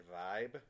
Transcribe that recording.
vibe